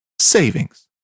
savings